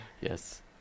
Yes